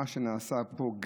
שמה שנעשה פה,